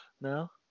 no